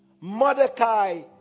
Mordecai